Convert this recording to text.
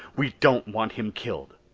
we don't want him killed,